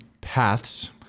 paths